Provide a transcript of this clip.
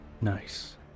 nice